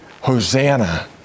Hosanna